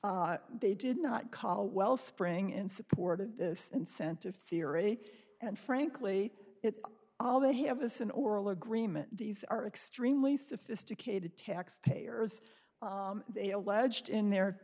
they did not call wellspring in support of the incentive theory and frankly it all they have us an oral agreement these are extremely sophisticated taxpayers they alleged in their